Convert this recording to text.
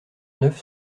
neuf